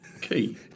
Key